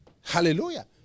Hallelujah